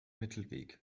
mittelweg